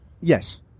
yes